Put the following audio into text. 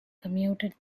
commuted